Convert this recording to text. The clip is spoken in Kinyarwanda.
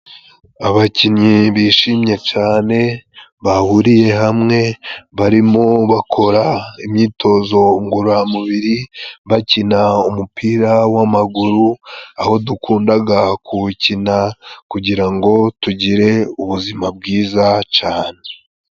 Abakinnyi bishimye cane bahuriye hamwe barimo bakora imyitozo ngororamubiri, bakina umupira w'amaguru aho dukundaga kuwukina kugira ngo tugire ubuzima bwiza cane.